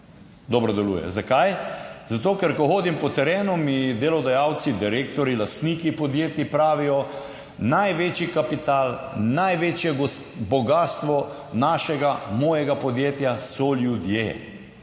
Dobro deluje. Zakaj? Zato, ker ko hodim po terenu, mi delodajalci, direktorji, lastniki podjetij pravijo, največji kapital, največje bogastvo našega, mojega podjetja so ljudje